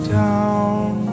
down